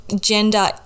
gender